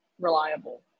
reliable